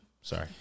sorry